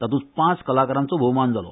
तातूंत पांच कलाकारांचो भोवमान जालो